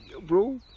bro